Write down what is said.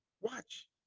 watch